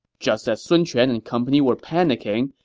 just as sun quan and company were panicking,